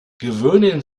gewöhnen